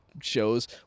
shows